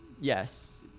yes